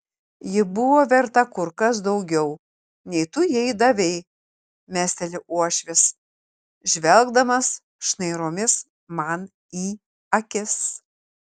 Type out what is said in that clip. ji buvo verta kur kas daugiau nei tu jai davei mesteli uošvis žvelgdamas šnairomis man į akis